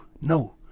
no